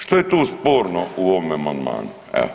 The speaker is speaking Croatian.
Što je tu sporno u ovome amandmanu?